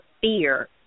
fear